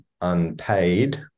unpaid